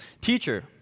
Teacher